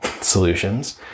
solutions